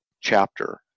chapter